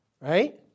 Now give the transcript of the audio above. right